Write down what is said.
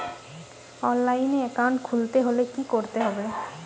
অনলাইনে একাউন্ট খুলতে হলে কি করতে হবে?